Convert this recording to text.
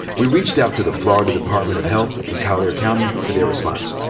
we reached out to the florida department of health in collier county for their response.